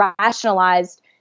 rationalized